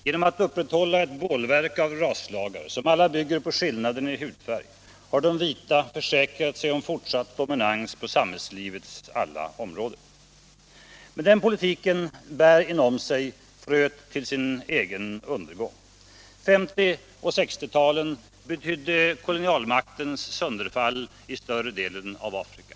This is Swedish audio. Genom att upprätthålla ett bålverk av raslagar, som alla bygger på skillnaden i hudfärg, har de vita försäkrat sig om fortsatt dominans på samhällslivets alla områden. Men den politiken bär inom sig fröet till sin egen undergång. 1950 och 1960-talen betydde kolonialmaktens sönderfall i större delen av Afrika.